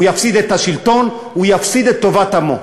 הוא יפסיד את השלטון והוא יפסיד את טובת עמו.